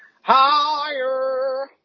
higher